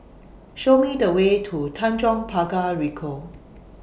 Show Me The Way to Tanjong Pagar Ricoh